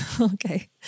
Okay